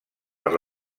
per